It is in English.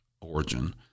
origin